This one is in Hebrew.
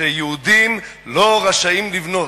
שיהודים לא רשאים לבנות.